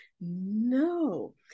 no